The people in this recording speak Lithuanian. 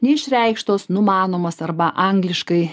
neišreikštos numanomos arba angliškai